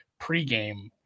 pregame